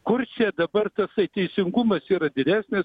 kur čia dabar tasai teisingumas yra didesnis